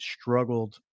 struggled